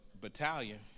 battalion